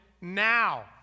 now